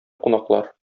кунаклар